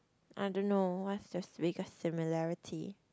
I don't know what's the biggest similarity